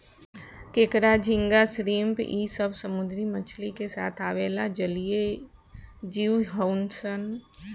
केकड़ा, झींगा, श्रिम्प इ सब समुंद्री मछली के साथ आवेला जलीय जिव हउन सन